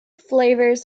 flavors